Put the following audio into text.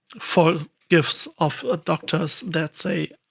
four gifs of ah doctors that say,